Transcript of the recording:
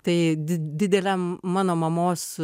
tai dideliam mano mamos